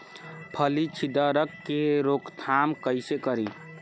फली छिद्रक के रोकथाम कईसे करी?